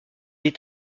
est